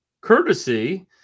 courtesy